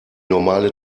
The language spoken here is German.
normale